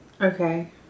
Okay